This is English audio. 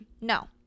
No